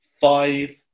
Five